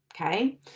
okay